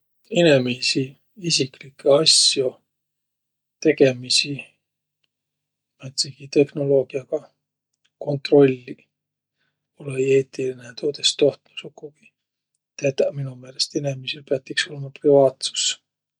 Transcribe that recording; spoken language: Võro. Inemiisi isiklikkõ asjo, tegemiisi määntsegi teknoloogiaga kontrolliq? Olõ-õi eetiline. Tuud es tohtnuq sukugi tetäq. Mu meelest inemiisil piät iks olõma privaatsus.